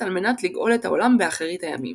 על מנת לגאול את העולם באחרית הימים.